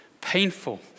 painful